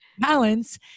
balance